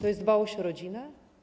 To jest dbałość o rodzinę?